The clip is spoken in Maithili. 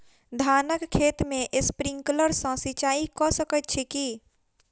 धानक खेत मे स्प्रिंकलर सँ सिंचाईं कऽ सकैत छी की?